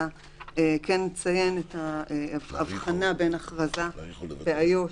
נציין את ההבחנה בין ההכרזה באיו"ש,